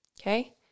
okay